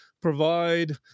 provide